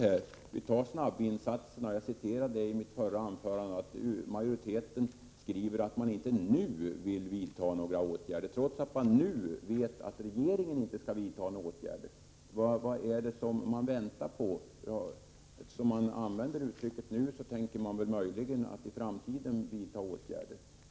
Beträffande snabbvinsatserna skriver majoriteten — såsom jag citerade i mitt förra anförande — att man inte nu vill vidta åtgärder, trots att utskottsmajoriteten vet att regeringen inte nu avser göra någonting. Vad väntar ni på i utskottsmajoriteten? Eftersom ni använder uttrycket nu tänker ni möjligen vidta åtgärder i framtiden.